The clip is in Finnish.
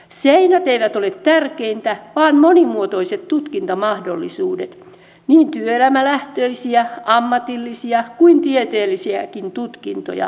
seinät eivät ole tärkeintä vaan monimuotoiset tutkintomahdollisuudet niin työelämälähtöisiä ammatillisia kuin tieteellisiäkin tutkintoja